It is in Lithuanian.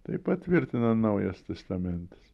tai patvirtina naujas testamentas